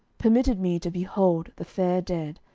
permitted me to behold the fair dead,